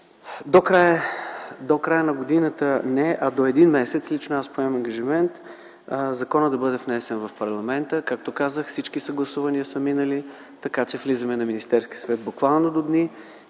До края на годината не, а до един месец лично аз поемам ангажимент законът да бъде внесен в парламента. Както казах, всички съгласувания са минали, така че влиза в Министерския съвет буквално до дни.